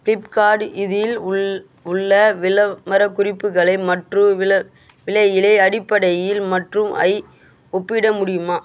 Flipkart இதில் உள்ள விளம்பரக்குறிப்புகளை மற்றும் விலையிலே அடிப்படையில் மற்றும் ஐ ஒப்பிட முடியுமா